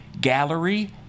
gallery